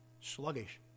Sluggish